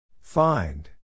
Find